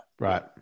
Right